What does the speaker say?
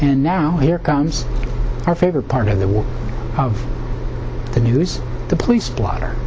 and now here comes our favorite part of the world of the news the police blotter